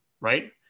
right